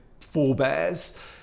forebears